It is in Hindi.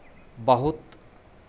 बहुत